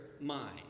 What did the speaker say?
mind